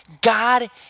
God